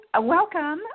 welcome